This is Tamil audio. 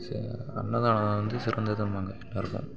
செ அன்னதானம் வந்து சிறந்ததும்பாங்க எல்லோருக்கும்